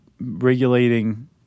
regulating